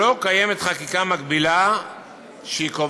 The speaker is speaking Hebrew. לא קיימת חקיקה מקבילה שקובעת